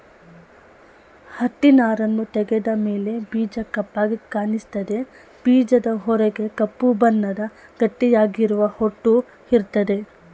ಹತ್ತಿನಾರನ್ನು ತೆಗೆದ ಮೇಲೆ ಬೀಜ ಕಪ್ಪಾಗಿ ಕಾಣಿಸ್ತದೆ ಬೀಜದ ಹೊರಗೆ ಕಪ್ಪು ಬಣ್ಣದ ಗಟ್ಟಿಯಾಗಿರುವ ಹೊಟ್ಟು ಇರ್ತದೆ